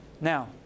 Now